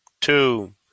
two